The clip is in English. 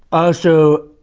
also,